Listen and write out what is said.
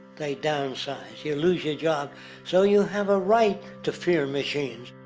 they downsize. you loose your job so you have a right to fear machines.